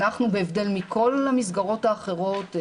אנחנו בהבדל מכל המסגרות האחרות,